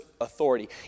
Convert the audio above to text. authority